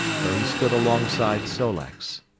where he stood alongside sol-leks.